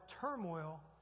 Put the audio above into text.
turmoil